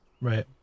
Right